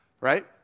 right